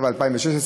והוראת שעה),